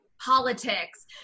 politics